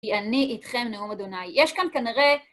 כי אני איתכם, נאום אדוני. יש כאן כנראה...